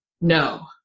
No